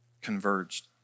converged